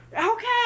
Okay